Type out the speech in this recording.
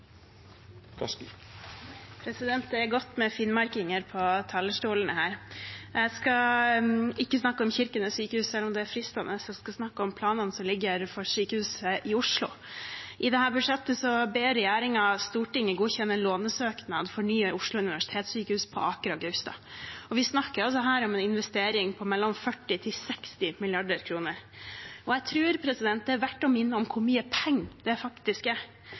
snakke om Kirkenes sykehus, selv om det er fristende. Jeg skal snakke om planene som ligger for sykehuset i Oslo. I dette budsjettet ber regjeringen Stortinget godkjenne lånesøknad for nye Oslo universitetssykehus på Aker og Gaustad. Vi snakker om en investering på mellom 40 og 60 mrd. kr. Jeg tror det er verdt å minne om hvor mye penger det faktisk er,